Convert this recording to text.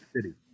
city